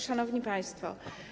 Szanowni Państwo!